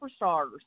superstars